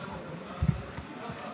אתה רואה?